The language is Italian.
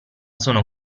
sono